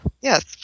Yes